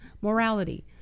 Morality